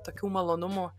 tokių malonumų